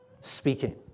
speaking